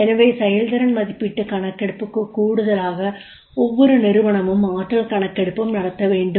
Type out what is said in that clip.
எனவே செயல்திறன் மதிப்பீட்டு கணக்கெடுப்புக்கு கூடுதலாக ஒவ்வொரு நிறுவனமும் ஆற்றல் கணக்கெடுப்பும் நடத்த வேண்டும்